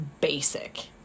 basic